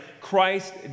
Christ